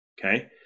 Okay